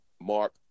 Mark